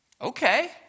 Okay